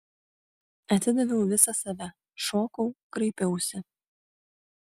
atidaviau visą save šokau kraipiausi